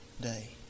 day